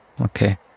Okay